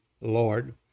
Lord